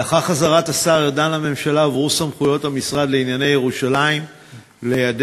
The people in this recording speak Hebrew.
לאחר חזרת השר ארדן לממשלה הועברו סמכויות המשרד לענייני ירושלים לידיך,